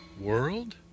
world